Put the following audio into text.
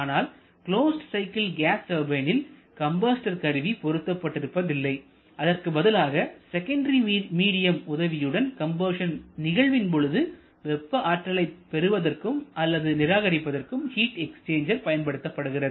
ஆனால் closed cycle gas டர்பைனில் combustor கருவி பொருத்தப்பட்டு இருப்பதில்லைஅதற்கு பதிலாக செகண்டரி மீடியம் உதவியுடன் கம்பஷன் நிகழ்வின் பொழுது வெப்ப ஆற்றலைப் பெறுவதற்கும் அல்லது நிராகரிப்பதற்கும் ஹீட் எக்ஸ்சேஞ்சர் பயன்படுத்தப்படுகிறது